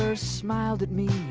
smiled at me,